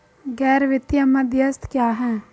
गैर वित्तीय मध्यस्थ क्या हैं?